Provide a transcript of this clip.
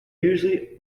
usually